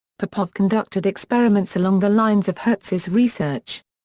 popov conducted experiments along the lines of hertz's research.